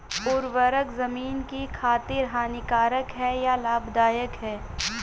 उर्वरक ज़मीन की खातिर हानिकारक है या लाभदायक है?